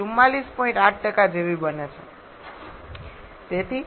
8 જેવી બની જશે